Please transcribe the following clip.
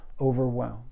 overwhelmed